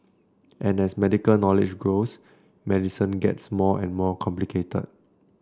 and as medical knowledge grows medicine gets more and more complicated